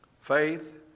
Faith